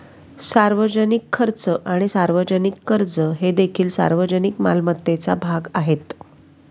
सार्वजनिक खर्च आणि सार्वजनिक कर्ज हे देखील सार्वजनिक मालमत्तेचा भाग आहेत